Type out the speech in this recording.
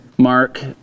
mark